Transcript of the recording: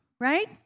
right